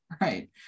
right